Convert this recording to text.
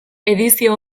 edizio